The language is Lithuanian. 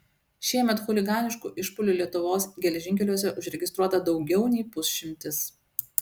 šiemet chuliganiškų išpuolių lietuvos geležinkeliuose užregistruota daugiau nei pusšimtis